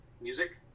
music